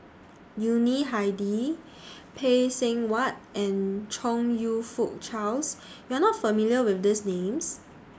Yuni Hadi Phay Seng Whatt and Chong YOU Fook Charles YOU Are not familiar with These Names